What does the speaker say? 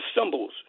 symbols